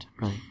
right